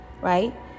right